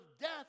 death